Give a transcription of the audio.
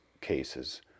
cases